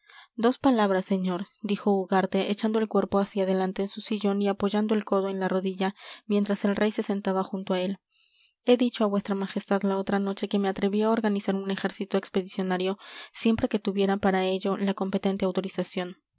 dos palabras señor dijo ugarte echando el cuerpo hacia adelante en su sillón y apoyando el codo en la rodilla mientras el rey se sentaba junto a él he dicho a vuestra majestad la otra noche que me atrevía a organizar un ejército expedicionario siempre que tuviera para ello la competente autorización